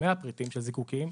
100 פריטים של זיקוקין,